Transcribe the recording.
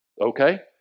Okay